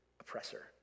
oppressor